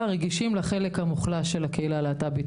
רגישים לחלק המוחלש של הקהילה הלהט"בית.